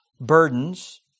burdens